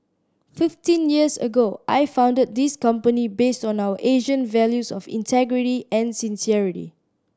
fifteen years ago I founded this company based on our Asian values of integrity and sincerity